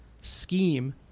scheme